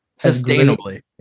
sustainably